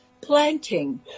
planting